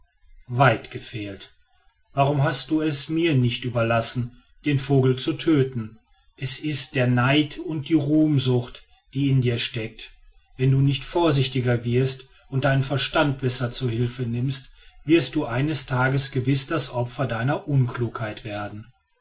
weit gefehlt warum hast du es mir nicht überlassen den vogel zu töten es ist der neid und die ruhmsucht die in dir steckt wenn du nicht vorsichtiger wirst und deinen verstand besser zur hilfe nimmst wirst du eines tages gewiß das opfer deiner unklugheit werden